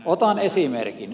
otan esimerkin